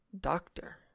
Doctor